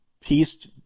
peace